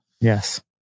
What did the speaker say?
Yes